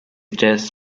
death